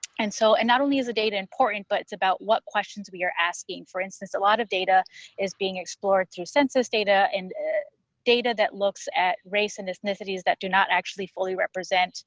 and so and not only is the data important, but it's about what questions we are asking. for instance, a lot of data is being explored through census data and data that looks at race and ethnicities that do not actually fully represent